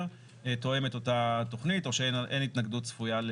תואם את אותה תכנית או שאין התנגדות צפויה.